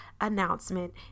announcement